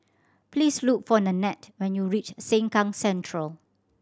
please look for Nanette when you reach Sengkang Central